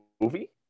Movie